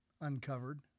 Uncovered